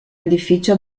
edificio